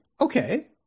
okay